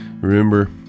Remember